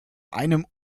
einem